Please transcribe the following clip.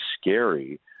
scary